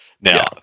Now